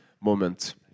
moment